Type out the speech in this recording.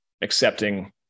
accepting